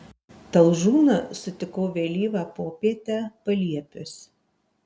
talžūną sutikau vėlyvą popietę paliepiuos